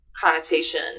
connotation